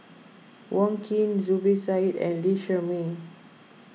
Wong Keen Zubir Said and Lee Shermay